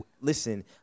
listen